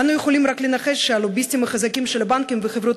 אנו יכולים רק לנחש שהלוביסטים החזקים של הבנקים וחברות